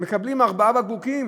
מקבלים ארבעה בקבוקים